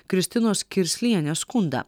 kristinos kirslienės skundą